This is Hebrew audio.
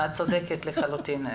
את צודקת לחלוטין.